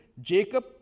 Jacob